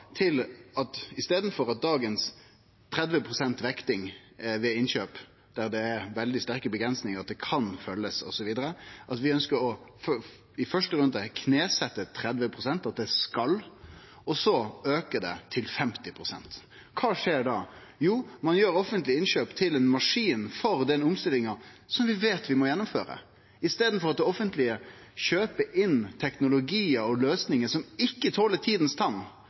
til at i staden for dagens 30 pst. vekting ved innkjøp – der det er veldig sterke avgrensingar, at det kan følgjast osv. – ønskjer vi i første runde å knesetje 30 pst., at det skal følgjast, og så auka det til 50 pst. Kva skjer då? Jo, ein gjer offentlege innkjøp til ein maskin for den omstillinga som vi veit vi må gjennomføre. I staden for at det offentlege kjøper inn teknologi og løysingar som ikkje toler tidas tann,